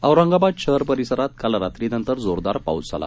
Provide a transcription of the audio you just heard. औरंगाबाद शहर परिसरात काल रात्रीनंतर जोरदार पाऊस झाला